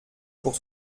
pour